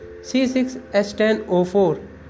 C6H10O4